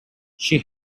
she